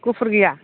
गुफुर गैया